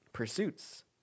Pursuits